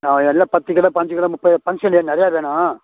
ஆ எல்லாம் பத்து கிலோ பாஞ்சி கிலோ முப்பது பங்க்ஷனு நிறைய வேணும்